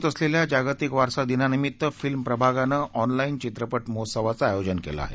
उद्या होत असलेल्या जागतिक वारसा दिनानिमित्त फिल्म प्रभागनं ऑनलाउि चित्रपट महोत्सवाचं आयोजन केलं आहे